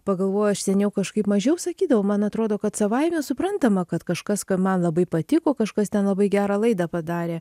pagalvoju aš seniau kažkaip mažiau sakydavau man atrodo kad savaime suprantama kad kažkas ka man labai patiko kažkas ten labai gerą laidą padarė